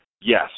yes